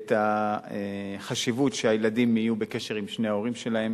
ואת החשיבות בכך שהילדים יהיו בקשר עם שני ההורים שלהם,